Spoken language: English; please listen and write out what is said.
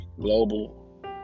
global